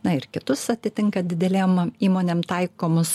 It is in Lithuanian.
na ir kitus atitinka didelėm įmonėm taikomus